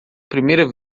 primeira